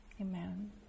Amen